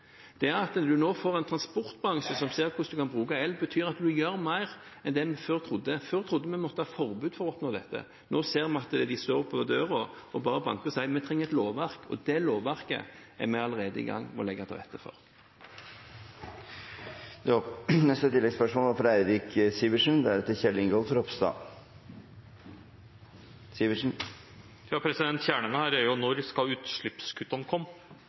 Det at en nå får en transportbransje som ser hvordan man kan bruke el, betyr at en gjør mer enn det vi før trodde. Før trodde vi vi måtte ha forbud for å oppnå dette, nå ser vi at de står på døra og bare banker og sier: Vi trenger et lovverk. Det lovverket er vi allerede i gang med å legge til rette for. Eirik Sivertsen – til oppfølgingsspørsmål. Kjernen her er: Når skal utslippskuttene komme? De siste tallene fra SSB viser at utslippene øker. Spørsmålet til statsråden er: Når skal